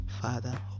Father